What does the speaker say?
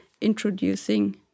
introducing